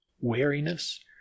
wariness